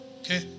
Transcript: Okay